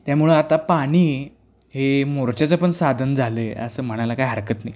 त्यामुळं आता पाणी हे मोर्चाचं पण साधन झालं आहे असं म्हणायला काय हरकत नाही